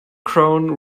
crown